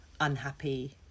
unhappy